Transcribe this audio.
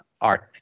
art